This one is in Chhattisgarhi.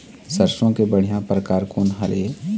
सरसों के बढ़िया परकार कोन हर ये?